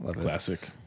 Classic